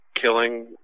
killing